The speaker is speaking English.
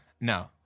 No